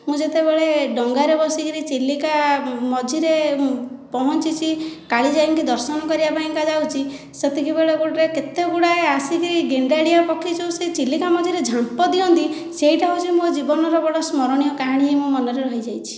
ମୁଁ ଯେତେବେଳେ ଡଙ୍ଗାରେ ବସିକରି ଚିଲିକା ମଝିରେ ପହଞ୍ଚିଛି କାଳିଜାଇଙ୍କୁ ଦର୍ଶନ କରିବା ପାଇଁକି ଯାଉଛି ସେତିକିବେଳେ ଗୋଟେ କେତେଗୁଡ଼ିଏ ଆସିକରି ଗେଣ୍ଡାଳିଆ ପକ୍ଷୀ ଯେଉଁ ସେ ଚିଲିକା ମଝିରେ ଝାମ୍ପ ଦିଅନ୍ତି ସେଇଟା ହେଉଛି ମୋ' ଜୀବନର ବଡ଼ ସ୍ମରଣୀୟ କାହାଣୀ ହୋଇ ମୋ' ମନରେ ରହିଯାଇଛି